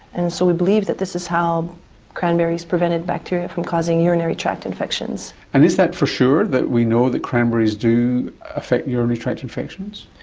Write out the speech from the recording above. and so we believe that this is how cranberries prevented bacteria from causing urinary tract infections. and is that for sure, that we know that cranberries do affect urinary tract infections?